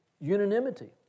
unanimity